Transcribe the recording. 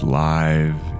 live